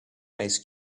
ice